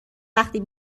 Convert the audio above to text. وقتی